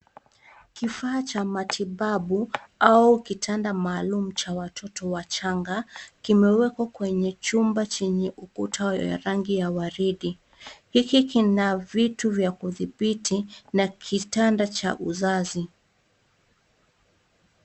Kifaa cha matibabu au kitanda maalum cha watoto wachanga kimewekwa kwenye chumba chenye ukuta ya rangi ya waridi. Hiki kina vitu vya kudhibiti na kitanda cha uzazi.